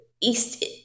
east